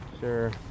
Sure